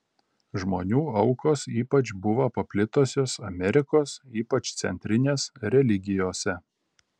žmonių aukos ypač buvo paplitusios amerikos ypač centrinės religijose